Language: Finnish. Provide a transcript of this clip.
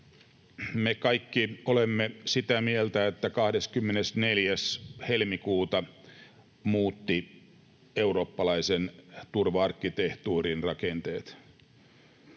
Me kaikki olemme sitä mieltä, että 24. helmikuuta muutti eurooppalaisen turva-arkkitehtuurin rakenteet.